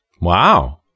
Wow